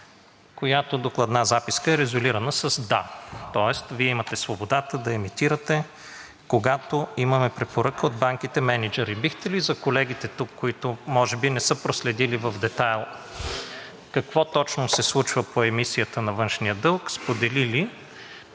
Докладната записка е резолирана с „да“, тоест Вие имате свободата да емитирате, когато имаме препоръка от банките мениджъри. За колегите, които може би не са проследили в детайл какво точно се случва по емисията на външния дълг, бихте ли